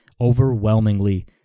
overwhelmingly